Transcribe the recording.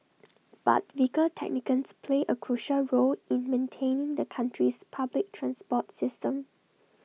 but vehicle technicians play A crucial role in maintaining the country's public transport system